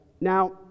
Now